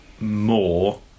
more